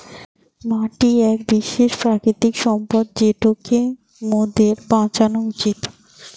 মাটি এক বিশেষ প্রাকৃতিক সম্পদ যেটোকে মোদের বাঁচানো উচিত